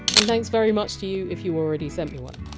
and thanks very much to you if you already sent me one